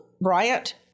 Bryant